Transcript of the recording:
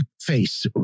face